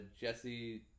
Jesse